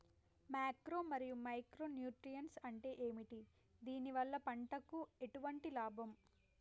Macro మరియు micro nutrients అంటే ఏమిటి? దీనివల్ల పంటకు ఎటువంటి లాభం?